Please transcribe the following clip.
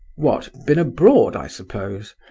what, been abroad, i suppose?